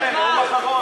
חבר'ה, נאום אחרון.